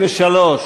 ההסתייגות (33)